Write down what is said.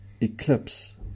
Eclipse